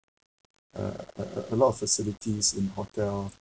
a a a lot of facilities in hotel